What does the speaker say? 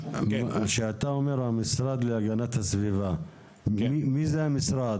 כשאתה אומר "המשרד להגנת הסביבה", מי זה המשרד?